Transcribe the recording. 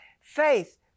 Faith